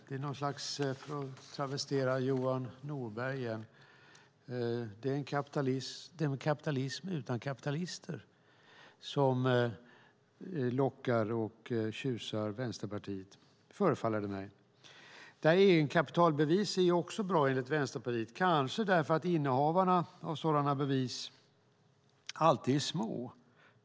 Det är, för att travestera Johan Norberg igen, en kapitalism utan kapitalister som lockar och tjusar Vänsterpartiet. Egenkapitalbevis är också bra enligt Vänsterpartiet, kanske därför att innehavarna av sådana bevis alltid är små.